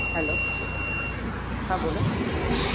hello હા બોલો